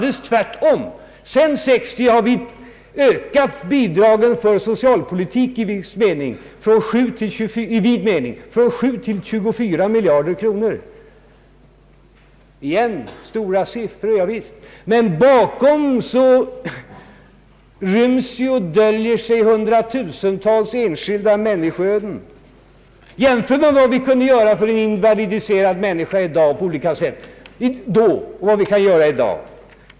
Sedan år 1960 har vi ökat bidragen för socialpolitik i vid mening från 7 till 24 miljarder kronor. Visst är det stora siffror, men bakom döljer sig hundratusentals enskilda människoöden. Jämför med vad vi kunde göra för en invalidiserad människa då och vad vi kan göra i dag!